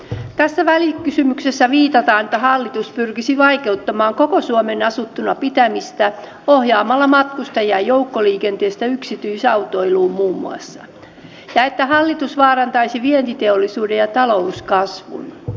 tässä välikysymyksessä viitataan että hallitus pyrkisi vaikeuttamaan koko suomen asuttuna pitämistä ohjaamalla matkustajia joukkoliikenteestä yksityisautoiluun muun muassa ja että hallitus vaarantaisi vientiteollisuuden ja talouskasvun